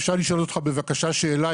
אפשר לשאול אותך בבקשה שאלה,